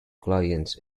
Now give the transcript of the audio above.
clients